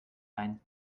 ein